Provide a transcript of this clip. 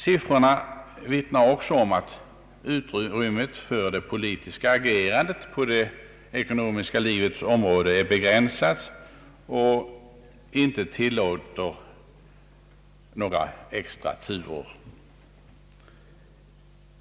Siffrorna vittnar även om att utrymmet för det politiska agerandet på det ekonomiska livets område är begränsat och inte tillåter några extraturer.